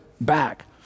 back